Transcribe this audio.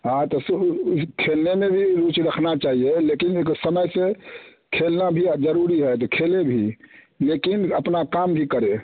हाँ तो खेलने में भी रुचि रखना चाहिए लेकिन एगो समय से खेलना भी आ ज़रूरी है तो खेले भी लेकिन अपना काम भी करें